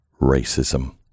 racism